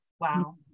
wow